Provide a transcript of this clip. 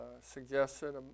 suggested